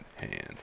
hand